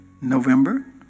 November